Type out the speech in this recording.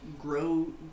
grow